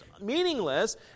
meaningless